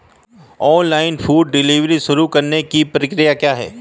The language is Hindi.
ऑनलाइन फूड डिलीवरी शुरू करने की प्रक्रिया क्या है?